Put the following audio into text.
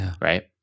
right